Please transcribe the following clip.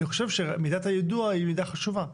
אני חושב שמידת היידוע היא מידה חשובה.